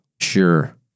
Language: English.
Sure